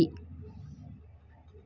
Mahindra tractor ಕೊಡುಗೆ ಎಷ್ಟು ಐತಿ?